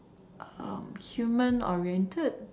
um human oriented